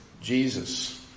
Jesus